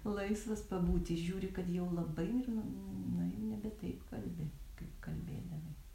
laisvas pabūti žiūri kad jau labai ir nu na jau nebe taip kalbi kaip kalbėdavai